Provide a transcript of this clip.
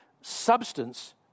substance